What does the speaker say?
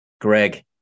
Greg